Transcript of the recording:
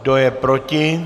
Kdo je proti?